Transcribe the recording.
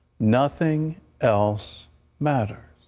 nothing else matters.